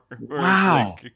Wow